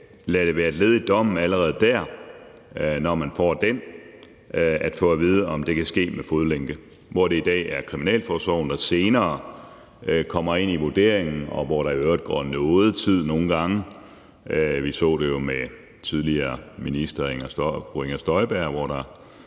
kunne være et led i dommen, så man, allerede når man får den, får at vide, om det kan ske med fodlænke, hvor det i dag er kriminalforsorgen, der senere kommer med vurderingen, og hvor der i øvrigt nogle gange går noget tid. Vi så jo i forbindelse med tidligere minister fru Inger Støjberg, at der